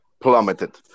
plummeted